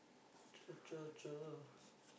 Cher Cher Cher